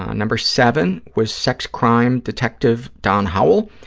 number seven was sex crimes detective don howell.